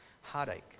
Heartache